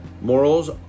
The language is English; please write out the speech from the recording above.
Morals